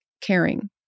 caring